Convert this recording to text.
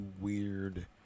weird